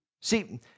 See